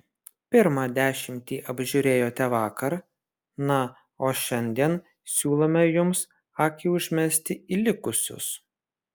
pirmą dešimtį apžiūrėjote vakar na o šiandien siūlome jums akį užmesti į likusius